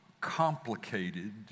complicated